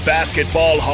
Basketball